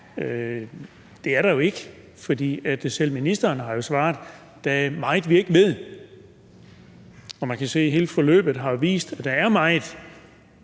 Det er der jo ikke. For selv ministeren har jo svaret, at der er meget, som vi ikke ved, og man kan jo se, at hele forløbet har vist, at der er meget,